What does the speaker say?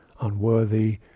Unworthy